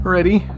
Ready